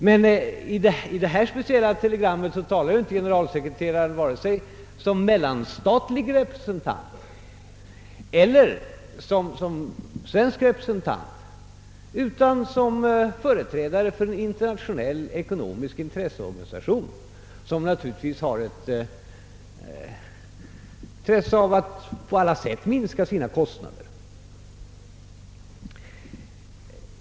Men i detta telegram talar ju generalsekreteraren varken som mellanstatlig eller nationell representant utan som företrädare för en internationell ekonomisk intresseorganisation, som naturligtvis på alla sätt vill försöka minska flygbolagens kostnader.